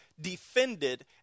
defended